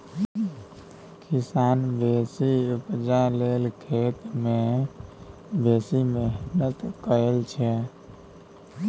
किसान बेसी उपजा लेल खेत मे बेसी मेहनति करय छै